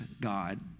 God